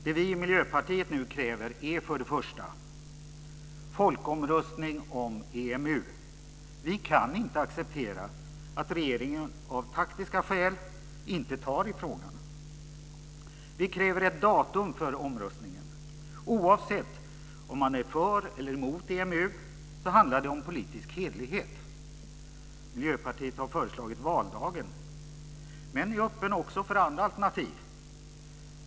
Det vi i Miljöpartiet nu kräver är för det första folkomröstning om EMU. Vi kan inte acceptera att regeringen av taktiska skäl inte tar i frågan. Vi kräver ett datum för omröstningen. Oavsett om man är för eller emot EMU handlar det om politisk hederlighet. Miljöpartiet har föreslagit valdagen men är öppet också för andra alternativ.